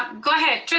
go ahead.